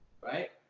Right